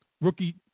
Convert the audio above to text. Rookie